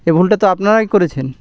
এ ভুলটা তো আপনারাই করেছেন